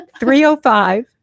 305